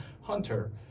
Hunter